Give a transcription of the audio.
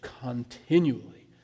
continually